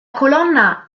colonna